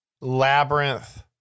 Labyrinth